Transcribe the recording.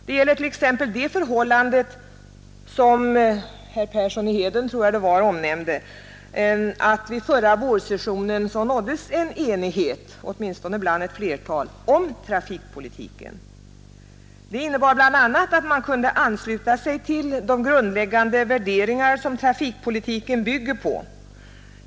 Det gäller t.ex. det förhållandet — som också herr Persson i Heden omnämnde — att vid förra vårsessionen enighet nåddes, åtminstone bland ett flertal, om trafikpolitiken. Detta innebar bl.a. att man kunde ansluta sig till de grundläggande värderingar som trafikpolitiken bygger på.